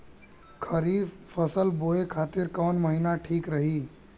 खरिफ फसल बोए खातिर कवन महीना ठीक रही?